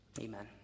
amen